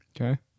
Okay